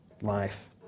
life